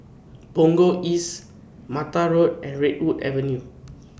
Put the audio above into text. Punggol East Mata Road and Redwood Avenue